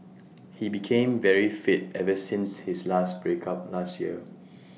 he became very fit ever since his last break up last year